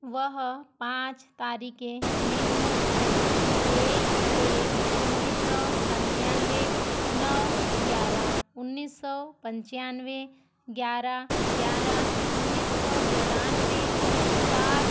वह पाँच तारीखें निम्न हैं एक एक उन्नीस सौ सत्तानवे नौ ग्यारह उन्नीस सौ पचानवे ग्यारह ग्यारह उन्नीस सौ तिरानवे सात